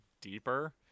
deeper